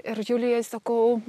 ir julijai sakau